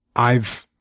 i've